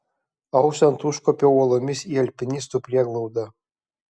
auštant užkopiau uolomis į alpinistų prieglaudą